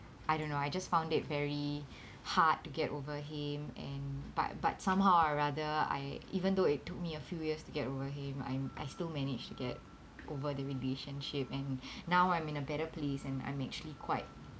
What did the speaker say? I don't know I just found it very hard to get over him and but but somehow or rather I even though it took me a few years to get over him I'm I still manage to get over the relationship and now I'm in a better place and I'm actually quite